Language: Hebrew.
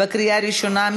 בקריאה ראשונה.